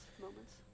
moments